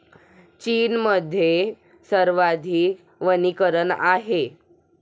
चीनमध्ये सर्वाधिक वनीकरण आहे